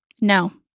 No